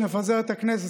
נפזר את הכנסת",